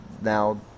now